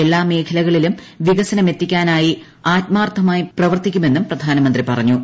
എല്ലാ മേഖലകളിലും വികസനമെത്തിക്കാനായി ആത്മാർത്ഥമായി പ്രവർത്തിക്കുമെന്നും പ്രധാനമന്ത്രി പറഞ്ഞു